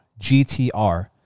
GTR